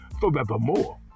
forevermore